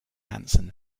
hanson